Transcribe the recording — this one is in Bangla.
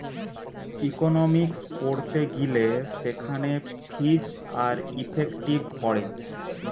ইকোনোমিক্স পড়তে গিলে সেখানে ফিজ আর ইফেক্টিভ পড়ে